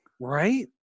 Right